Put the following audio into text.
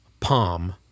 Palm